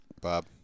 Bob